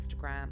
Instagram